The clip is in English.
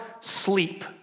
sleep